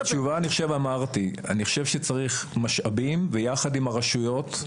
אני חושב שצריך משאבים, ביחד עם הרשויות,